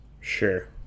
Sure